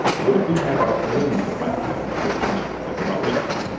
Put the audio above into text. what if we had our own advice column for code switch, like, about race stuff?